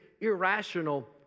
irrational